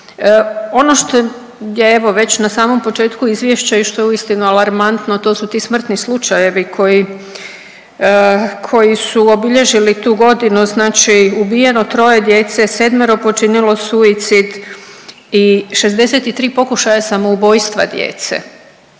Ono što je evo već na samom početku izvješća i što je uistinu alarmantno to su ti smrtni slučajevi koji, koji su obilježili tu godinu. Znači ubijeno troje djece, sedmero počinilo suicid i 63 pokušaja samoubojstva djece.